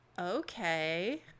okay